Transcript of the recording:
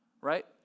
right